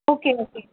okay okay